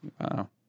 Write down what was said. Wow